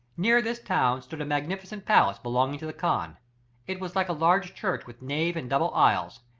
near this town stood a magnificent palace, belonging to the khan it was like a large church with nave and double aisles,